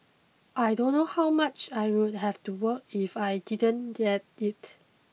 I don't know how much I would have to work if I didn't get it